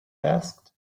asked